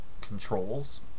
controls